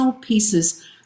pieces